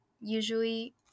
usually